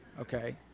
Okay